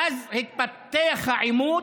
ואז התפתח העימות,